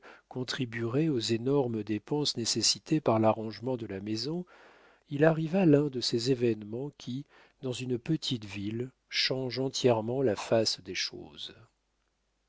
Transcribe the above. contribuerait aux énormes dépenses nécessitées par l'arrangement de la maison il arriva l'un de ces événements qui dans une petite ville changent entièrement la face des choses